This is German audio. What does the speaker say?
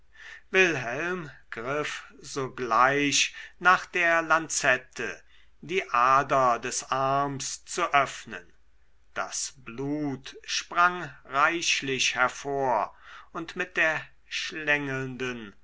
wilhelm griff sogleich nach der lanzette die ader des arms zu öffnen das blut sprang reichlich hervor und mit der schlängelnd